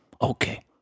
Okay